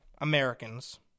Americans